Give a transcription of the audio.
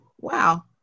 wow